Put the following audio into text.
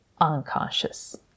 unconscious